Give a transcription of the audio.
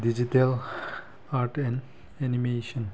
digital art and animation